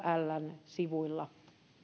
thln sivuilla